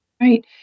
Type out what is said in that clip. right